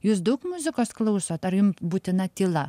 jūs daug muzikos klausot ar jum būtina tyla